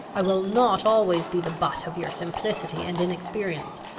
i will not always be the butt of your simplicity and inexperience,